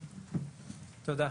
תודה.